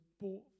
bought